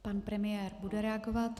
Pan premiér bude reagovat.